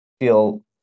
feel